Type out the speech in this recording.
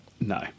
No